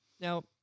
Now